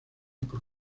por